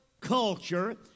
culture